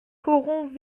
corrompt